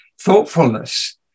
thoughtfulness